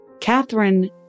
Catherine